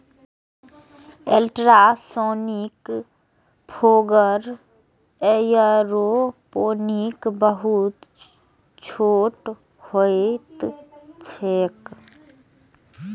ultrasonic fogger aeroponic बहुत छोट होइत छैक